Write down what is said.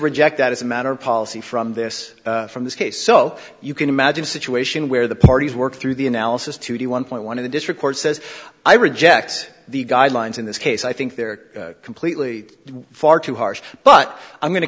reject that as a matter of policy from this from this case so you can imagine a situation where the parties work through the analysis to do one point one of the district court says i reject the guidelines in this case i think they're completely far too harsh but i'm going to